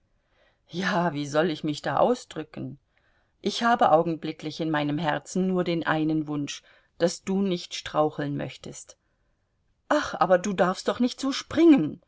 ja wie soll ich mich da ausdrücken ich habe augenblicklich in meinem herzen nur den einen wunsch daß du nicht straucheln möchtest ach aber du darfst doch nicht so springen